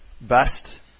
best